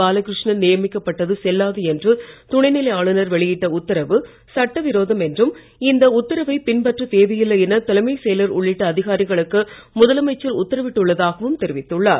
பாலகிருஷ்ணன் நியமிக்கப்பட்டது செல்லாது என்று துணைநிலை ஆளுநர் வெளியிட்ட உத்தரவு சட்டவிரோதம் என்றும் இந்த உத்தரவ பின்பற்ற தேவையில்லை என தலைமைச் செயலர் உள்ளிட்ட அதிகாரிகளுக்கு முதலமைச்சர் உத்தரவிட்டுள்ளதாகவும் தெரிவித்துள்ளார்